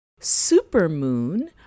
supermoon